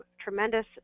tremendous